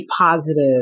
positive